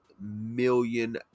million